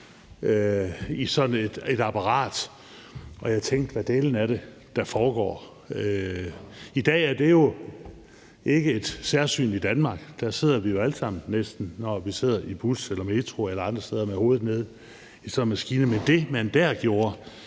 i sådan et apparat, og jeg tænkte: Hvad dælen er det, der foregår? I dag er det jo ikke et særsyn i Danmark. Der sidder vi jo næsten alle sammen, når vi sidder i bus eller metro eller andre steder, med hovedet nede i sådan en maskine. Men det, man dér gjorde,